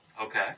Okay